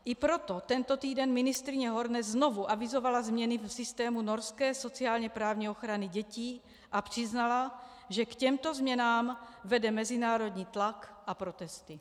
I proto tento týden ministryně Horne znovu avizovala změny v systému norské sociálněprávní ochrany dětí a přiznala, že k těmto změnám vede mezinárodní tlak a protesty.